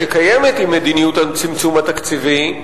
שקיימת עם מדיניות הצמצום התקציבי,